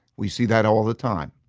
we see that all the time.